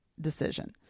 decision